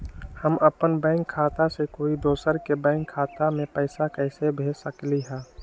हम अपन बैंक खाता से कोई दोसर के बैंक खाता में पैसा कैसे भेज सकली ह?